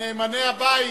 מנאמני הבית,